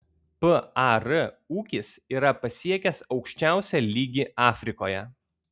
par ūkis yra pasiekęs aukščiausią lygį afrikoje